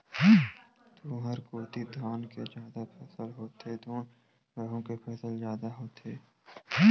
तुँहर कोती धान के जादा फसल होथे धुन गहूँ के फसल जादा होथे?